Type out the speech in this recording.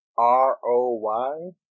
R-O-Y